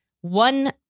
One